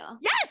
Yes